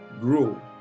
grow